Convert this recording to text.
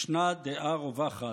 ישנה דעה רווחת,